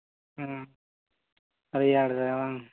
ᱦᱮᱸ ᱨᱮᱭᱟᱲ ᱨᱮ ᱵᱟᱝ